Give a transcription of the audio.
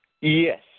Yes